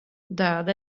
död